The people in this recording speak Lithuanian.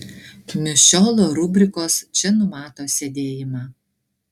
mišiolo rubrikos čia numato sėdėjimą